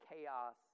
chaos